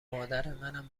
مادرمنم